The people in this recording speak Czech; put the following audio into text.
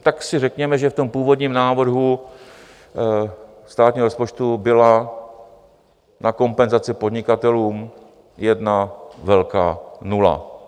Tak si řekněme, že v původním návrhu státního rozpočtu byla na kompenzace podnikatelům jedna velká nula.